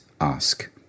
ask